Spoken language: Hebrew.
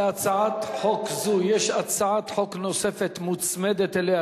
להצעת חוק זו יש הצעת חוק נוספת מוצמדת אליה,